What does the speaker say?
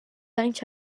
anys